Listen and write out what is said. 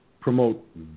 promote